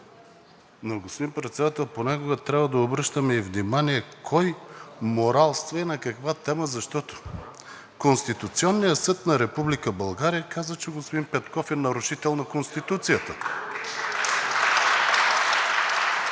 Но господин Председател, понякога трябва да обръщаме и внимание кой моралства и на каква тема, защото Конституционният съд на Република България каза, че господин Петков е нарушител на Конституцията. (Бурни